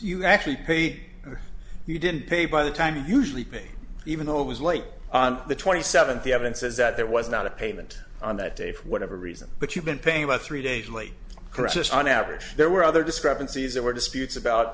you actually paid you didn't pay by the time you usually paid even though it was late on the twenty seventh the evidence says that there was not a payment on that day for whatever reason but you've been paying about three days late christmas on average there were other discrepancies that were disputes about